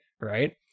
right